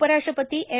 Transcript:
उपराष्ट्रपती एम